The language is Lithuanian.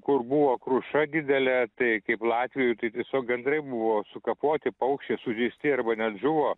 kur buvo kruša didelė tai kaip latvijoj tai tiesiog gandrai buvo sukapoti paukščiai sužeisti arba net žuvo